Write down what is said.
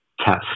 test